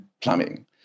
plumbing